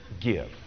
give